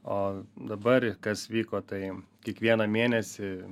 o dabar ir kas vyko tai kiekvieną mėnesį